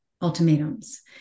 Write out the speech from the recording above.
ultimatums